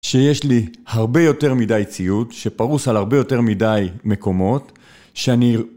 שיש לי הרבה יותר מדי ציוד, שפרוס על הרבה יותר מדי מקומות שאני